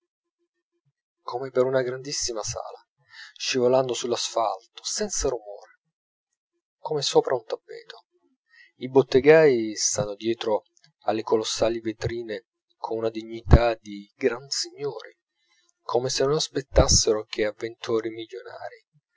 come per una grandissima sala scivolando sull'asfalto senza rumore come sopra un tappeto i bottegai stanno dietro alle colossali vetrine con una dignità di gran signori come se non aspettassero che avventori milionari